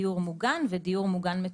דיור מוגן ודיור מוגן מתוגבר.